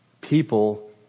people